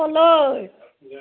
ক'লৈ